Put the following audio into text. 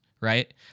right